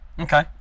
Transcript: Okay